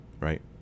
right